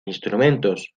instrumentos